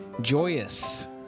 joyous